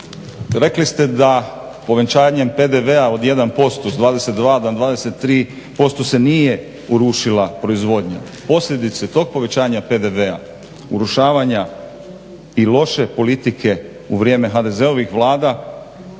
Rekli ste da povećanjem PDV-a od 1% sa 22 na 23% se nije urušila proizvodnja. Posljedice tog povećanja PDV-a, urušavanja i loše politike u vrijeme HDZ-ovih Vlada